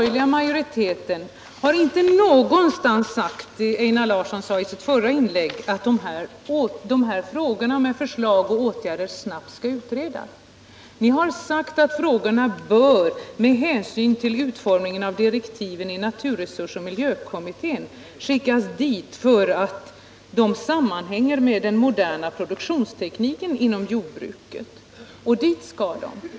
Einar Larsson framhöll i sitt förra inlägg att dessa frågor samt alla förslag till åtgärder snabbt skall utredas. Utskottsmajoriteten anför att frågorna, med hänsyn till utformningen av direktiven till naturresursoch miljökommittén, bör skickas dit, ”eftersom de sammanhänger med den moderna produktionstekniken inom jordbruket”.